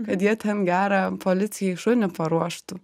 kad jie ten gerą policijai šunį paruoštų